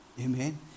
Amen